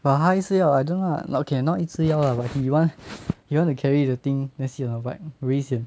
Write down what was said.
but 他一直要 I don't know ah okay not 一直要 lah but he want he want to carry the thing then sit on the bike 很危险